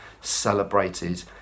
celebrated